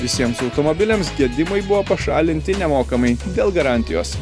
visiems automobiliams gedimai buvo pašalinti nemokamai dėl garantijos